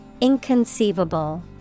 Inconceivable